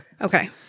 Okay